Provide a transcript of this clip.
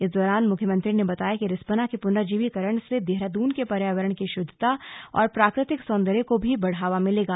इस दौरान मुख्यमंत्री ने बताया कि रिस्पना के पुनर्जीवीकरण से देहरादून के पर्यावरण की शुद्धता और प्राकृतिक सौन्दर्य की भी बढ़ावा मिलेगा